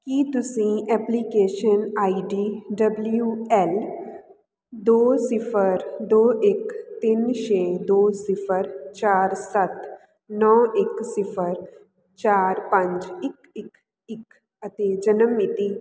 ਕੀ ਤੁਸੀਂ application ID W L ਦੋ ਸਿਫ਼ਰ ਦੋ ਇੱਕ ਤਿੰਨ ਛੇ ਦੋ ਸਿਫ਼ਰ ਚਾਰ ਸੱਤ ਨੌਂ ਇੱਕ ਸਿਫ਼ਰ ਚਾਰ ਪੰਜ ਇੱਕ ਇੱਕ ਇੱਕ ਅਤੇ ਜਨਮ ਮਿਤੀ